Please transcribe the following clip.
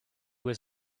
was